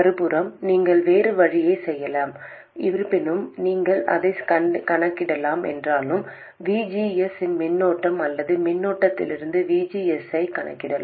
மறுபுறம் நீங்கள் வேறு வழியைச் செய்யலாம் இருப்பினும் நீங்கள் அதைக் கணக்கிடலாம் என்றாலும் V G S இன் மின்னோட்டம் அல்லது மின்னோட்டத்திலிருந்து V G S ஐக் கணக்கிடலாம்